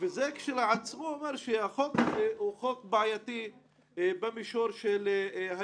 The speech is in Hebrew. ואני חושב שגם בוגדים היו שם.